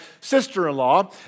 sister-in-law